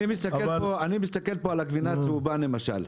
אני מסתכל פה על הגבינה הצהובה למשל.